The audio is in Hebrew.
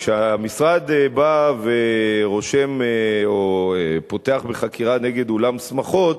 כשהמשרד בא ורושם או פותח בחקירה נגד אולם שמחות,